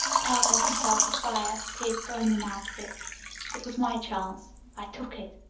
pa got himself afire, but he'd thrown them out of it. it was my chance. i took it.